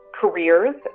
careers